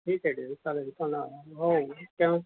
ठीक आहे ठीक चालेल तर हो